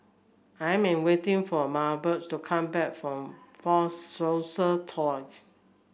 I'm waiting for Milburn to come back from Fort Siloso Tours